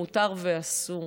מותר ואסור.